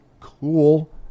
cool